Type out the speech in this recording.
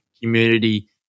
community